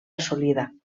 assolida